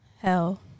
Hell